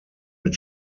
mit